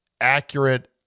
accurate